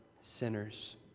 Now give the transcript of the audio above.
sinners